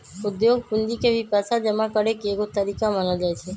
उद्योग पूंजी के भी पैसा जमा करे के एगो तरीका मानल जाई छई